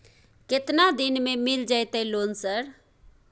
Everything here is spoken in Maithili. केतना दिन में मिल जयते लोन सर?